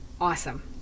awesome